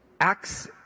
Acts